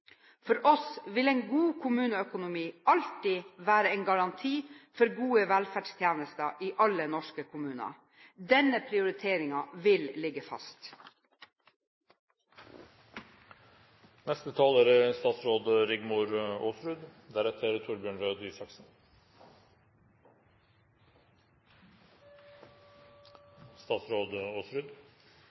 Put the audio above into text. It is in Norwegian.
For oss vil en god kommuneøkonomi alltid være en garanti for gode velferdstjenester i alle norske kommuner. Denne prioriteringen vil ligge